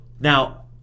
Now